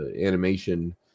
animation